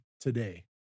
today